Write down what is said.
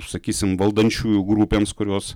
sakysim valdančiųjų grupėms kurios